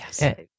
Yes